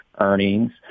earnings